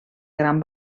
gran